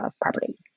property